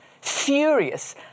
furious